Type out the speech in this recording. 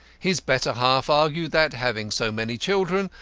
his better half argued that, having so many children,